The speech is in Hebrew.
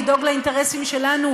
לדאוג לאינטרסים שלנו,